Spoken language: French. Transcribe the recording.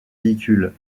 véhicules